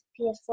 PS4